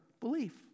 belief